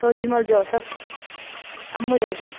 Sujimal Joseph Ammu Rajan